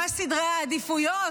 מה סדרי העדיפויות,